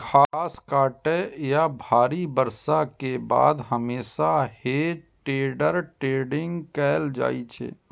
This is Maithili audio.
घास काटै या भारी बर्षा के बाद हमेशा हे टेडर टेडिंग कैल जाइ छै